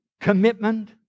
commitment